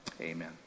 amen